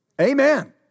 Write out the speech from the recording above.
Amen